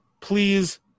please